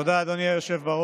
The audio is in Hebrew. תודה, אדוני היושב-בראש.